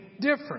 different